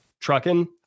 trucking